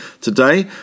today